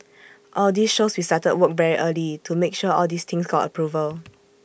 all this shows we started work very early to make sure all these things got approval